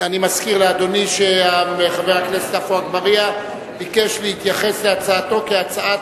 אני מזכיר לאדוני שחבר הכנסת עפו אגבאריה ביקש להתייחס להצעתו כהצעה